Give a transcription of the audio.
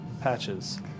Patches